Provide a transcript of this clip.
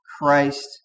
Christ